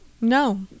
No